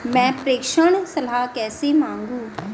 मैं प्रेषण सलाह कैसे मांगूं?